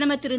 பிரதமர் திரு